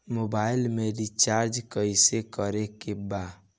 Mobile में recharge कइसे करे के बा?